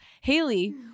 Haley